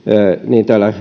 niin täällä